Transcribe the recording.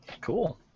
Cool